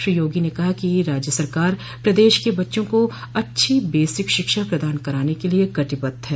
श्री योगी ने कहा कि राज्य सरकार प्रदेश के बच्चों को अच्छी बेसिक शिक्षा प्रदान कराने के लिए कटिबद्व है